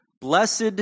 Blessed